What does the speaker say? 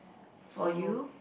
so